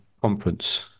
conference